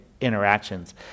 interactions